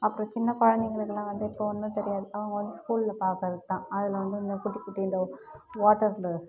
அப்புறம் சின்ன குழந்தைங்களுக்குலாம் வந்து இப்போ ஒன்றும் தெரியாது அவங்க வந்து ஸ்கூலில் பார்க்கறது தான் அதில் வந்து இந்த குட்டி குட்டி இந்த வாட்டர்டு